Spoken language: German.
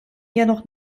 jedoch